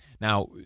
Now